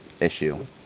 issue